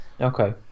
Okay